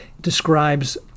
describes